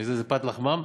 מפני שזאת פת לחמם.